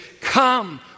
Come